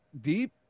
deep